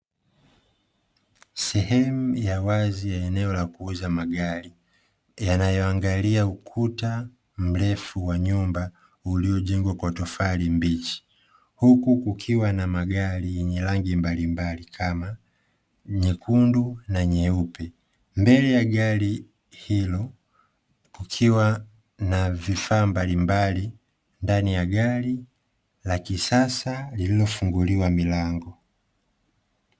Sehemu ya wazi ya eneo la kuuza magari, yanayoangalia ukuta mrefu wa nyumba ulio jengwa kwa tofari mbichi. Huku kukiwa na magari yenye rangi mbalimbali kama nyekundu na nyeupe, mbele ya gari hilo kukiwa na vifaa mbalimbali ndani ya gari la kisasa, lililo funguliwa milango